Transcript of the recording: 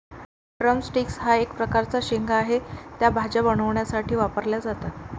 drum sticks हा एक प्रकारचा शेंगा आहे, त्या भाज्या बनवण्यासाठी वापरल्या जातात